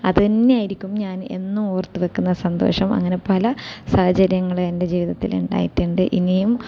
അതുതന്നെ ആയിരിക്കും ഞാൻ എന്നും ഓർത്തു വയ്ക്കുന്ന സന്തോഷം അങ്ങനെ പല സാഹചര്യങ്ങൾ എൻ്റെ ജീവിതത്തിൽ ഉണ്ടായിട്ടുണ്ട് ഇനിയും